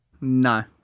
No